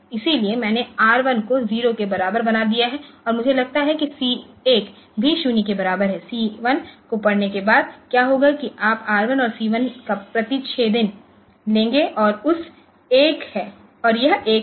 इसलिए मैंने R 1 को 0 के बराबर बना दिया है और मुझे लगता है कि C 1 भी 0 के बराबर है C1 को पढ़ने के बाद क्या होगा कि आप R1और C1 का प्रतिच्छेदन लेंगे और यह एक है